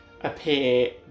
appear